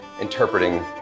interpreting